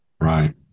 Right